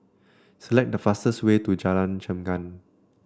select the fastest way to Jalan Chengam